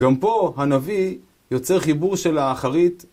גם פה הנביא יוצא חיבור של האחרית.